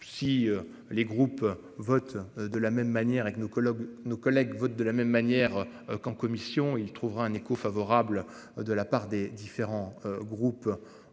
les groupes votent de la même manière, avec nos collègues, nos collègues votent de la même manière qu'en commission il trouvera un écho favorable de la part des différents groupes.